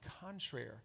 contrary